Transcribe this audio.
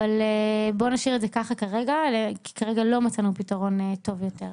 אבל בוא נשאיר את זה ככה כרגע כי כרגע לא מצאנו פתרון טוב יותר.